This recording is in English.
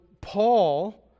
Paul